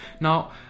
Now